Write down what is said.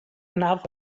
enough